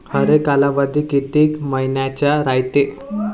हरेक कालावधी किती मइन्याचा रायते?